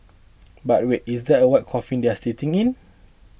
but wait is that a white coffin they are sitting in